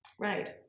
right